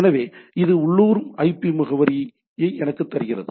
எனவே இது உள்ளூர் ஐபி முகவரியை எனக்குத் தருகிறது